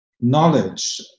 knowledge